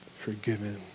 forgiven